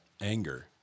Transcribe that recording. anger